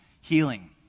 healing